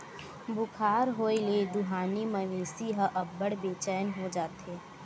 बुखार होए ले दुहानी मवेशी ह अब्बड़ बेचैन हो जाथे